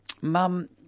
Mum